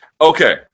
Okay